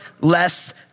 less